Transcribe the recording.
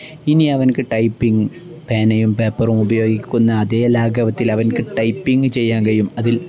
ഇനിയവനു typing പേനയും പേപ്പറും ഉപയോഗിക്കുന്ന അതേ ലാഘവത്തിൽ അവന് ടൈപ്പിംഗ് ചെയ്യാൻ കിയയും അതിൽ